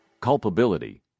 culpability